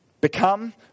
become